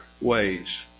ways